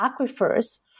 aquifers